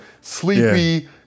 sleepy